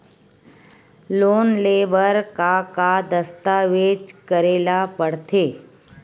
Loan ले बर का का दस्तावेज करेला पड़थे?